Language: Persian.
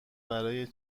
برای